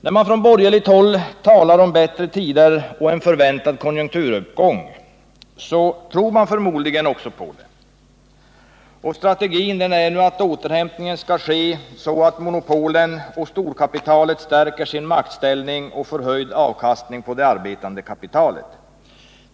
När man från borgerligt håll talar om bättre tider och en förväntad konjunkturuppgång tror man förmodligen också på det. Strategin är att återhämtningen skall ske så att monopolen och storkapitalet stärker sin maktställning och får höjd avkastning på det arbetande kapitalet.